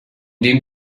dem